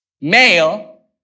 Male